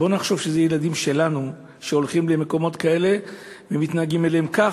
בואו נחשוב שזה ילדים שלנו שהולכים למקומות כאלה ומתנהגים אליהם כך,